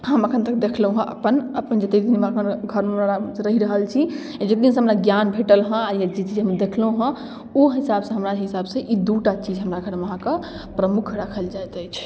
हम एखन तक दखलौहँ अपन अपन जते दिनसँ हमरा अपना घरमे रहि रहल छी जै दिनसँ हमरा ज्ञान भेटलहँ आओर जे हम देखलौहँ ओ हिसाबसँ हमरा हिसाबसँ ई दुटा चीज हमरा घरमे अहाँके प्रमुख राखल जाइत अछि